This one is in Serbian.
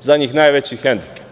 za njih najveći hendikep.